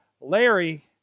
Larry